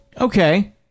Okay